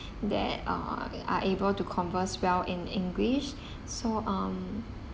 that uh are able to converse well in english so um